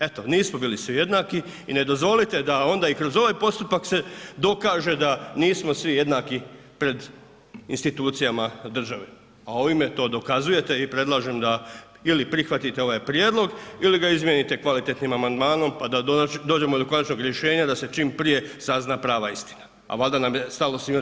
Eto, nismo bili svi jednaki i ne dozvolite da onda i kroz ovaj postupak se dokaže da nismo svi jednaki pred institucijama države, a ovime to dokazujete i predlažem da ili prihvatite ovaj prijedlog ili ga izmijenite kvalitetnim amandmanom, pa da dođemo do konačnog rješenja da se čim prije sazna prava istina, a valjda nam je stalo svima do prave istine.